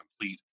complete